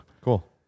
Cool